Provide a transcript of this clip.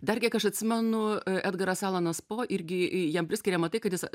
dar kiek aš atsimenu edgaras alanas po irgi i jam priskiriama tai kad jis